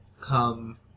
come